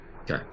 Okay